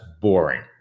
boring